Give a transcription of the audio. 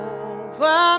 over